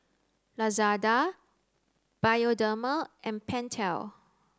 Lazada Bioderma and Pentel